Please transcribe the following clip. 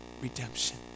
redemption